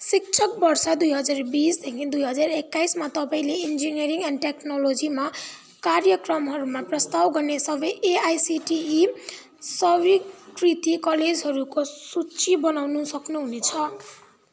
शैक्षिक वर्ष दुई हजार बिसदेखि दुई हजार एकाइसमा तपाईँले इन्जिनियरिङ एन्ड टेक्नोलोजीमा कार्यक्रमहरूमा प्रस्ताव गर्ने सबै एआइसिटिई स्वीकृति कलेजहरूको सूची बनाउनु सक्नुहुनेछ